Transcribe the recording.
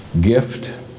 gift